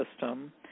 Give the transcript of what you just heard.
system